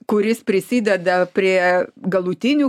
kuris prisideda prie galutinių